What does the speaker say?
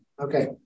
Okay